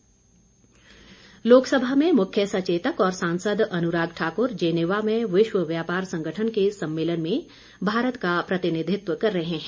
अनुराग ठाकुर लोकसभा में मुख्य सचेतक और सांसद अनुराग ठाकुर जेनेवा में विश्व व्यापार संगठन के सम्मेलन में भारत का प्रतिनिधित्व कर रहे हैं